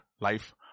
life